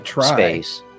space